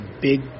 big